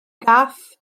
gath